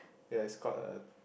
ya it's called a